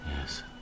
Yes